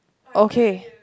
okay